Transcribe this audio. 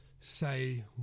Say